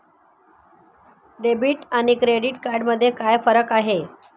Debit आणि credit card मध्ये काय फरक आहे?